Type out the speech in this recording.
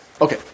Okay